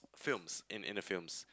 films in in films